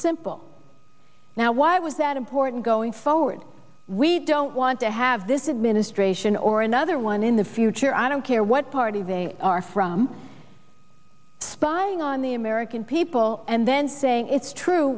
simple now why was that important going forward we don't want to have this it ministration or another one in the future i don't care what party they are from spying on the american people and then saying it's true